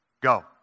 Go